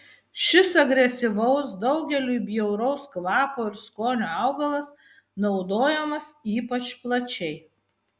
šis agresyvaus daugeliui bjauraus kvapo ir skonio augalas naudojamas ypač plačiai